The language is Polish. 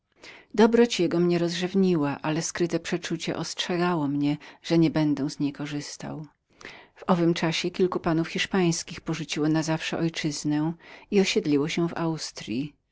dobroć jego mnie rozrzewniła ale skryte przeczucie ostrzegało mnie że nie będę z niej korzystał w owym czasie kilku panów hiszpańskich porzuciło na zawsze ojczyznę i osiedliło się w austryi